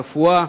הרפואה,